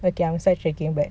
okay I'm side tracking back